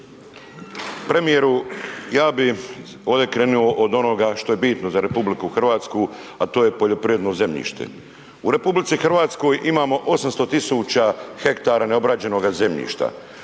Premijeru, ja bi ovde krenuo od onoga što je bitno za RH, a to je poljoprivredno zemljište. U RH imamo 800 000 hektara neobrađenoga zemljišta.